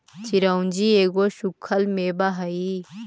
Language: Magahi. चिरौंजी एगो सूखल मेवा हई